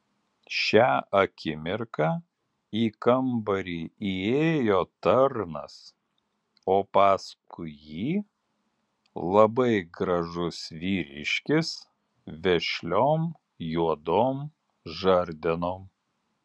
šią akimirką į kambarį įėjo tarnas o paskui jį labai gražus vyriškis vešliom juodom žandenom